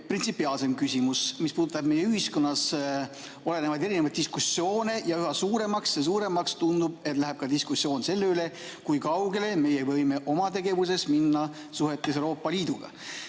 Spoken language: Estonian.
printsipiaalsem küsimus, mis puudutab meie ühiskonnas olevaid diskussioone. Üha suuremaks ja suuremaks, tundub, läheb ka diskussioon selle üle, kui kaugele me võime oma tegevuses minna suhetes Euroopa Liiduga.